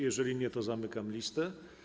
Jeżeli nie, to zamykam listę.